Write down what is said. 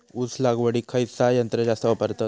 ऊस लावडीक खयचा यंत्र जास्त वापरतत?